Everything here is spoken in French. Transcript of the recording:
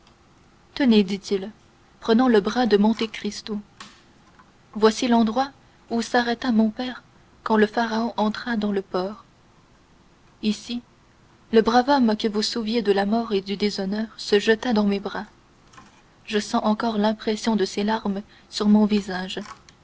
tenez dit-il prenant le bras de monte cristo voici l'endroit où s'arrêta mon père quand le pharaon entra dans le port ici le brave homme que vous sauviez de la mort et du déshonneur se jeta dans mes bras je sens encore l'impression de ses larmes sur mon visage